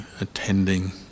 Attending